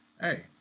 Hey